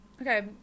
Okay